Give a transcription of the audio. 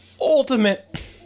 ultimate